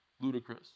ludicrous